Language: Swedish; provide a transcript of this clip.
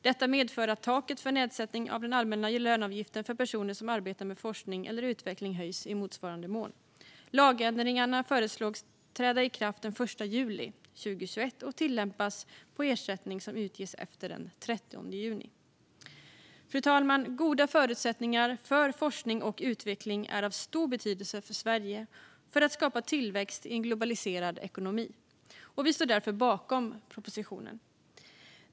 Detta medför att taket för nedsättning av den allmänna löneavgiften för personer som arbetar med forskning eller utveckling höjs i motsvarande mån. Lagändringarna föreslås träda i kraft den l juli 2021 och tillämpas på ersättning som utges efter den 30 juni 2021. Fru talman! Goda förutsättningar för forskning och utveckling är av stor betydelse för Sverige för att skapa tillväxt i en globaliserad ekonomi, och Sverigedemokraterna står därför bakom propositionen.